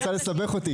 את רוצה לסבך אותי.